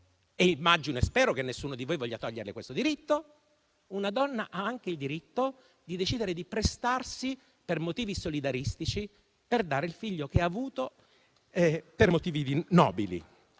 e immagino e spero che nessuno di voi voglia toglierle questo diritto - una donna ha anche il diritto di decidere di prestarsi per motivi solidaristici, per dare il figlio che ha avuto per motivi nobili.